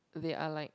they are like